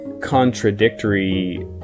contradictory